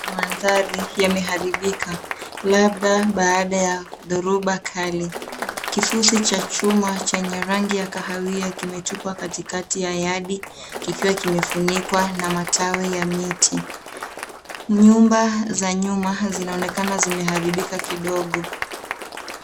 Mandhari yameharibika labda baada ya dhoruba kali. Kifusi cha chuma chenye rangi ya kahawia kimetupwa katikati ya yadi kikiwa kimefunikwa na matawi ya miti. Nyumba za nyuma zinaonekana zimeharibika kidogo.